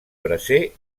bracer